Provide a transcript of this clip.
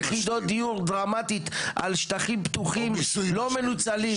יחידות דיור דרמטית על שטחים פתוחים לא מנוצלים --- או מיסוי.